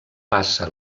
passa